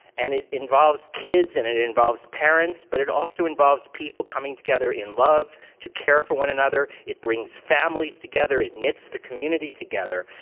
and it involves kids, and it it involves parents. but it also involves people coming together in love, to care for one another. it brings families together. it knits the community together.